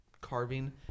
carving